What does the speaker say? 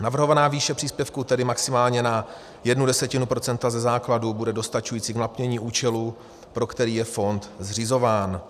Navrhovaná výše příspěvku, tedy maximálně na jednu desetinu procenta ze základu, bude dostačující k naplnění účelu, pro který je fond zřizován.